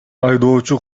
айдоочу